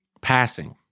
passing